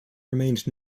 remained